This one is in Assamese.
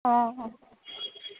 অঁ